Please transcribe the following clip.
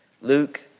Luke